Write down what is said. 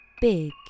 Big